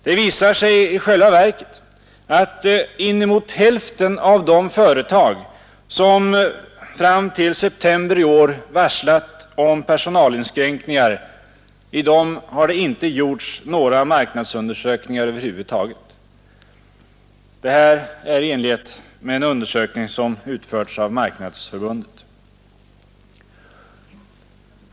Det visar sig i själva verket att i inemot hälften av de företag som fram till september i år varslat om personalinskränkningar har det inte gjorts några marknadsundersökningar över huvud taget, detta enligt en undersökning som utförts av Marknadsförbundet.